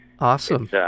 Awesome